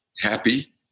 happy